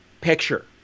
picture